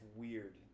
weird